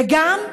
וגם הנכים.